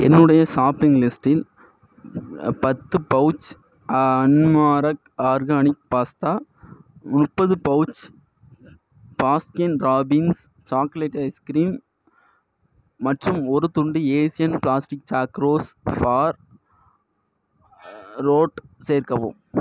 என்னுடைய சாப்பிங் லிஸ்டில் பத்து பவுச் அன்மாரக் ஆர்கானிக் பாஸ்தா முப்பது pouch Baskin Robbins chocolate ice cream மற்றும் ஒரு துண்டு Asian plastic sucrose for road சேர்க்கவும்